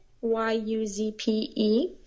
Y-U-Z-P-E